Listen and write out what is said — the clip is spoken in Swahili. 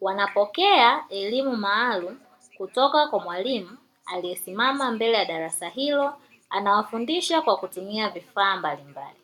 wanapokea elimu maalumu kutoka kwa mwalimu aliyesimama mbele ya darasa hilo. Anawafundisha kwa kutumia vifaa mbalimbali.